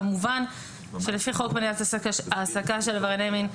כמובן שלפי חוק מניעת העסקה של עברייני מין,